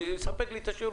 הוא יספק לי את המענה.